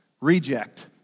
reject